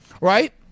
right